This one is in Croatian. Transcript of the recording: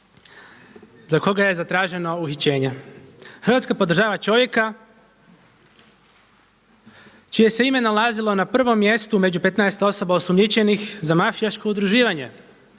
za koga je zatraženo uhićenje. Hrvatska podržava čovjeka čije se ime nalazilo na prvom mjestu među petnaest osoba osumnjičenih za mafijaško udruživanje.